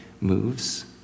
moves